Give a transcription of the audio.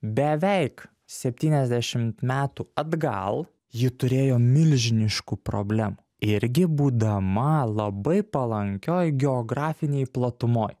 beveik septyniasdešimt metų atgal ji turėjo milžiniškų problemų irgi būdama labai palankioj geografinėj platumoj